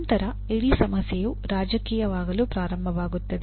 ನಂತರ ಇಡೀ ಸಮಸ್ಯೆಯು ರಾಜಕೀಯವಾಗಲು ಪ್ರಾರಂಭವಾಗುತ್ತದೆ